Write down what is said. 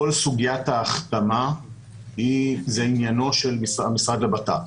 כל סוגיית ההחתמה היא עניינו של המשרד לבט"פ,